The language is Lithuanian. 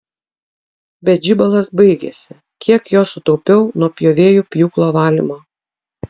bet žibalas baigėsi kiek jo sutaupiau nuo pjovėjų pjūklo valymo